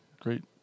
great